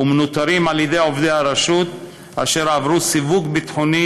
ומנוטרים על-ידי עובדי הרשות אשר עברו סיווג ביטחוני